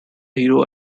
hero